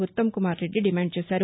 Uttam Kumar Reddy demand చేశారు